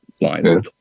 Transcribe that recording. line